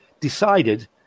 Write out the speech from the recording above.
decided